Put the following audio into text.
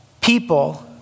people